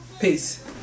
Peace